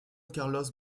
carlos